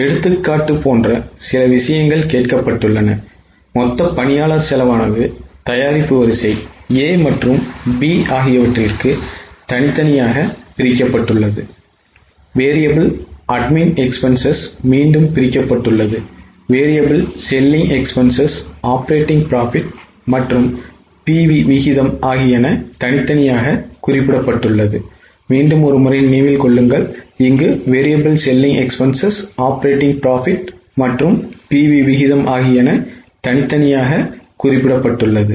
எடுத்துக்காட்டு போன்ற சில விஷயங்கள் கேட்கப்பட்டுள்ளன மொத்த பணியாளர் செலவானது தயாரிப்பு வரிசை A மற்றும் B ஆகியவற்றிற்கு தனித்தனியாக பிரிக்கப்பட்டுள்ளது variable admin expenses மீண்டும் பிரிக்கப்பட்டுள்ளது variable selling expenses operating profit மற்றும் PV விகிதம் ஆகியன தனித்தனியாக குறிப்பிடப்பட்டுள்ளது